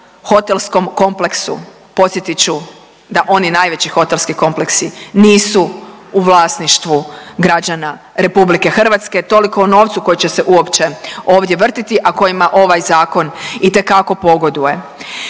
hotelskom kompleksu? Podsjetit ću da oni najveći hotelski kompleksi nisu u vlasništvu građana RH, toliko o novcu koji će se uopće ovdje vrtiti, a kojima ovaj zakon itekako pogoduje.